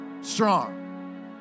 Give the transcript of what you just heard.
strong